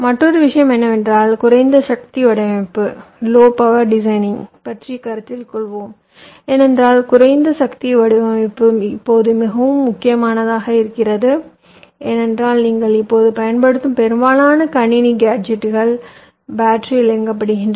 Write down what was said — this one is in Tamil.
மற்றொரு விஷயம் என்னவென்றால் குறைந்த சக்தி வடிவமைப்பைப் பற்றி கருத்தில் கொள்வோம் ஏனென்றால் குறைந்த சக்தி வடிவமைப்பும் இப்போது மிக முக்கியமானதாக இருக்கும் ஏனென்றால் நீங்கள் இப்போது பயன்படுத்தும் பெரும்பாலான கணினி கேஜெட்டுகள் பேட்டரியில் இயக்கப்படுகின்றன